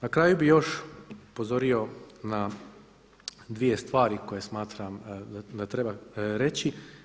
Na kraju bih još upozorio na dvije stvari koje smatram da treba reći.